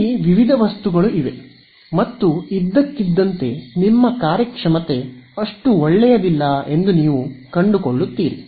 ಅಲ್ಲಿ ವಿವಿಧ ವಸ್ತುಗಳು ಇವೆ ಮತ್ತು ಇದ್ದಕ್ಕಿದ್ದಂತೆ ನಿಮ್ಮ ಕಾರ್ಯಕ್ಷಮತೆ ಬದಲಾಗುತ್ತದೆ ಎಂದು ನೀವು ಕಂಡುಕೊಳ್ಳುತ್ತೀರಿ